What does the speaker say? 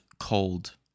cold